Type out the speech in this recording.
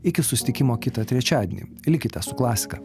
iki susitikimo kitą trečiadienį likite su klasika